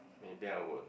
maybe I would